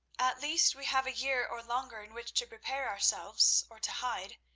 at least we have a year or longer in which to prepare ourselves, or to hide,